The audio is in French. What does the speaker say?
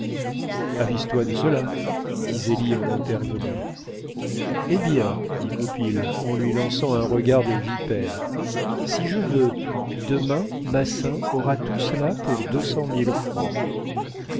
bois avise toi de cela dit zélie en intervenant eh bien dit goupil en lui lançant un regard de vipère si je veux demain massin aura tout cela pour deux cent mille francs